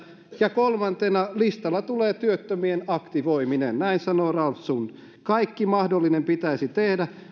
ja kolmantena listalla tulee työttömien aktivoiminen näin sanoo ralf sund kaikki mahdollinen pitäisi tehdä